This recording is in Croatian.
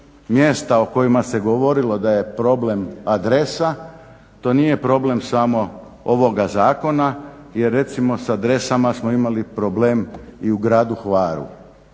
mjesta o kojima se govorilo da je problem adresa to nije problem samo ovoga zakona jer recimo s adresama smo imali problem i u gradu Hvaru.